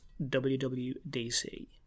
WWDC